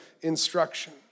instruction